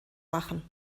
machen